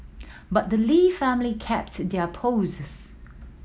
but the Lee family kept their poises